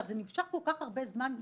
גברתי,